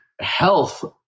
health